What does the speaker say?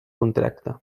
contracte